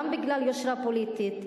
גם בגלל יושרה פוליטית,